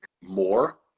more